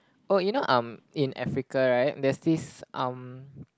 oh you know um in Africa right there's this um